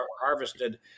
harvested